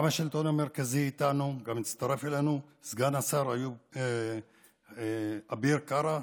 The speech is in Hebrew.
גם השלטון המרכזי היה איתנו והצטרף אלינו סגן השר אביר קארה,